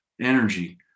energy